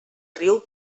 riu